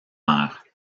mère